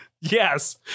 Yes